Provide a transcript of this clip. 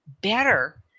better